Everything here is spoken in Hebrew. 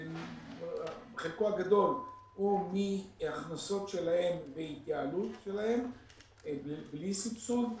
חלקו הגדול הוא מהכנסות שלהם והתייעלות שלהם בלי סבסוד,